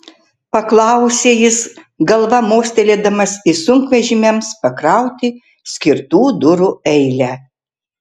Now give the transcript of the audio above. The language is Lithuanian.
paklausė jis galva mostelėdamas į sunkvežimiams pakrauti skirtų durų eilę